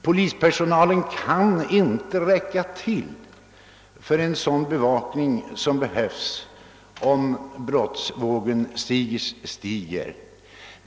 Polispersonalen kan naturligtvis inte räcka till för den bevakning som behövs om brottsvågen ytterligare stiger.